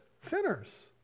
sinners